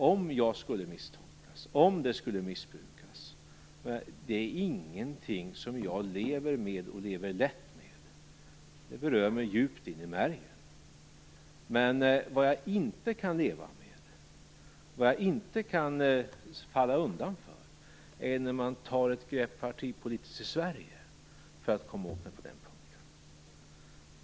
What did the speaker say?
Om mitt uttalande skulle missbrukas eller misstolkas är detta ingenting som jag lever lätt med. Det berör mig djupt in i märgen. Men vad jag inte kan leva med och inte kan falla undan för är när man tar ett partipolitiskt grepp i Sverige för att komma åt mig.